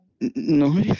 No